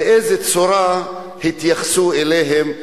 באיזה צורה התייחסו אליהם.